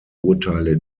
urteile